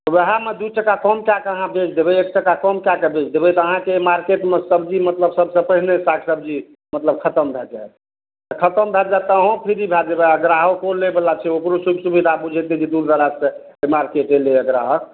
तऽ वएहमे दू टाका कम कए कऽ अहाँ बेच देबय एक टाका कम कए कऽ बेच देबय तऽ अहाँके मार्केटमे सब्जी मतलब सबसँ पहिने साग सब्जी मतलब खतम भए जायत खतम भए जायत तऽ अहूँ फ्री भए जेबय आओर ग्राहको लैवला छै ओकरो सुविधा बुझाइत जे दूर दराजसँ मार्केटे अयलैया ग्राहक